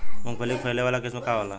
मूँगफली के फैले वाला किस्म का होला?